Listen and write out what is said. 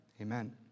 Amen